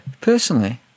personally